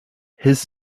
his